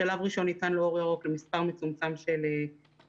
בשלב ראשון ניתן לו אור ירוק למספר מצומצם של מינויים.